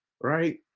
right